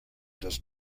does